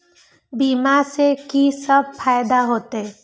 बीमा से की सब फायदा होते?